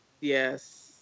Yes